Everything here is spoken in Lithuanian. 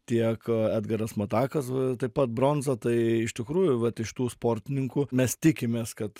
tiek edgaras matakas taip pat bronza tai iš tikrųjų vat iš tų sportininkų mes tikimės kad